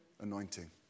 anointing